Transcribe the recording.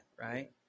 right